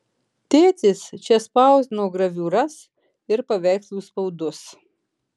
tėtis čia spausdino graviūras ir paveikslų spaudus